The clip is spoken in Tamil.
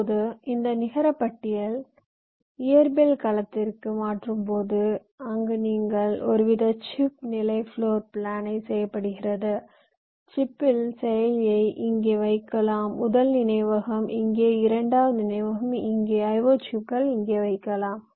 இப்போது இந்த நிகர பட்டியல் இயல் களத்திற்கு மாற்றும்போது அங்கு ஒருவித சிப் நிலை ஃப்ளோர் பிளான் செய்யப்படுகிறது நீங்கள் முடிவு செய்ததை போல் சிப்பில் பிராஸஸரை இங்கே வைக்கலாம் முதல் நினைவகம் மற்றும் இரண்டாவது நினைவகம் இங்கே வைக்கலாம் I O சிப்கள்IO chips இங்கே வைக்கலாம்